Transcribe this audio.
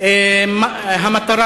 מאה אחוז,